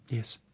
yes.